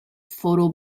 photo